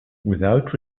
without